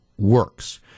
Works